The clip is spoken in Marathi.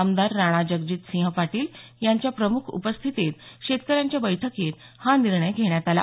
आमदार राणाजगजितसिंह पाटील यांच्या प्रमुख उपस्थितीत शेतकऱ्यांच्या बैठकीत हा निर्णय घेण्यात आला